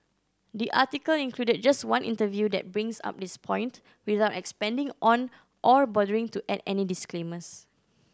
the article included just one interview that brings up this point without expanding on or bothering to add any disclaimers